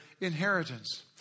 inheritance